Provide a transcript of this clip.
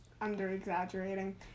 under-exaggerating